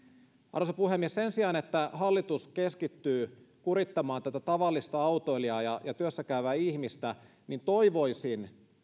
arvoisa puhemies sen sijaan että hallitus keskittyy kurittamaan tavallista autoilijaa ja työssäkäyvää ihmistä toivoisin